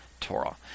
Torah